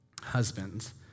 Husbands